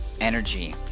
energy